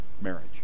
marriage